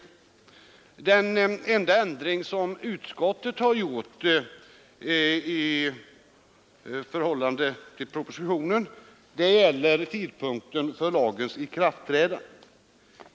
Den 18 april 1974 enda ändring som utskottet har gjort i förhållande till propositionen 552 gäller tidpunkten för lagens ikraftträdande.